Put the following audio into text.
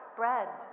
bread